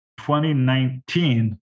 2019